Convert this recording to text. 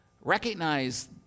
Recognize